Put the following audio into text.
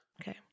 Okay